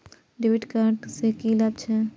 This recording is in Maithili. डेविट कार्ड से की लाभ छै?